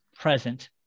present